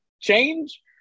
change